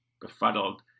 befuddled